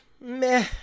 Meh